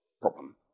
problem